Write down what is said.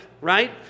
right